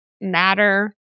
matter